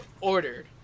ordered